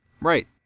Right